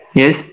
yes